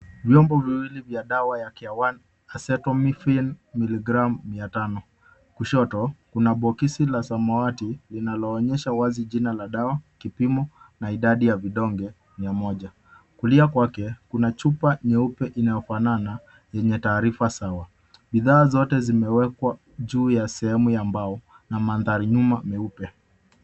Vyombo viwili vya dawa ya Careone Acetaminophen milligram mia tano. Kushoto, kuna boksi la samawati linaloonyesha wazi jina la dawa, kipimo na idadi ya vidonge, mia moja. Kulia kwake, kuna chupa nyeupe inayofanana yenye taarifa sawa. Bidhaa zote zimewekwa juu ya sehemu ya mbao na mandhari nyuma meupe.